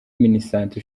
minisante